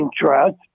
interest